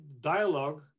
dialogue